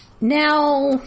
Now